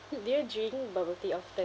do you drink bubble tea of